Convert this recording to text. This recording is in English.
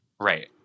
Right